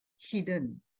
hidden